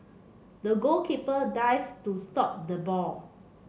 the goalkeeper dived to stop the ball